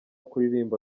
kuririmba